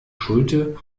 schulte